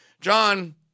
John